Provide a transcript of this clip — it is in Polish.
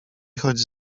chodź